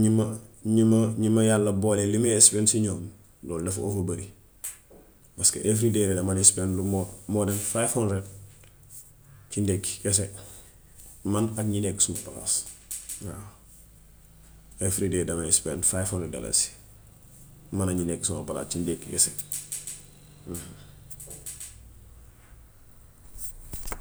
ñi ma ñi am ñi ma yàlla booleel ñi may expend ci ñoom. Loolu dafa over bëri paska efiry day dama dee expend lu more more than five hundred ci ndekki kese man ak ñi nekk suma palaas waaw. Efiry day damay expend five hundred dalasi man ak ñi nekk suma palaas ci ndekki kese.